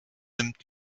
nimmt